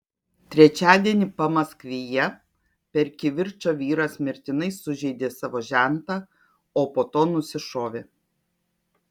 trečiadienį pamaskvyje per kivirčą vyras mirtinai sužeidė savo žentą o po to nusišovė